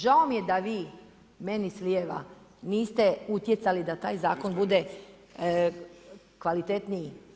Žao mi je da vi meni s lijeva niste utjecali da taj zakon bude kvalitetniji.